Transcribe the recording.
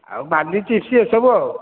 ଆଉ ବାଲି ଚିପ୍ସ୍ ଏସବୁ ଆଉ